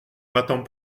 m’attend